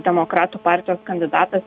demokratų partijos kandidatas